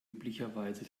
üblicherweise